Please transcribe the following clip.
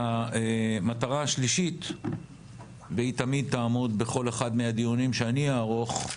המטרה השלישית והיא תמיד תעמוד בכל אחד מהדיונים שאני אערוך,